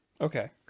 Okay